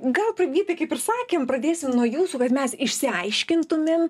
gal vytai kaip ir sakėm pradėsim nuo jūsų kad mes išsiaiškintumėm